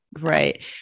right